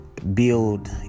Build